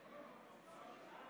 אושר בקריאה